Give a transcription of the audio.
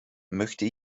möchte